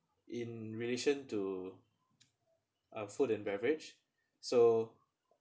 in relation to uh food and beverage so